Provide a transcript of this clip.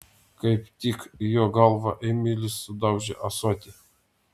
kaip tik į jo galvą emilis sudaužė ąsotį